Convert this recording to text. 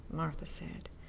martha said,